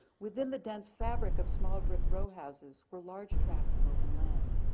within the dense fabric of small brick row houses were large tracts of open land.